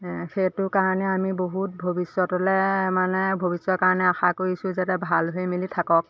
সেইটো কাৰণে আমি বহুত ভৱিষ্যতলৈ মানে ভৱিষ্যৰ কাৰণে আশা কৰিছোঁ যাতে ভাল হৈ মেলি থাকক